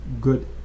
good